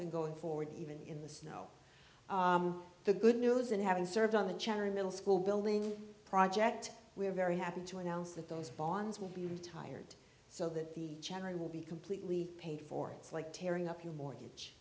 been going forward even in the snow the good news and having served on the cherry middle school building project we're very happy to announce that those bonds will be retired so that the general will be completely paid for it's like tearing up your mortgage